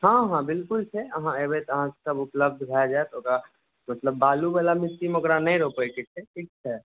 हँ हँ बिल्कुल छै अहाँ अयबै तऽ अहाँके सभ उपलब्ध भय जायत अहाँ ओकरा मतलब बालु वाला मिट्टीमे ओकरा नहि रोपयके छै ठीक छै